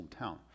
hometown